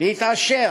להתעשר